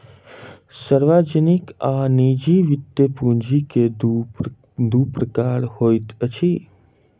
सार्वजनिक आ निजी वृति पूंजी के दू प्रकार होइत अछि